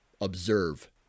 observe